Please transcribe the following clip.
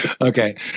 Okay